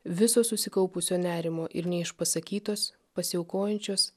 viso susikaupusio nerimo ir neišpasakytos pasiaukojančios